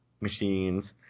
machines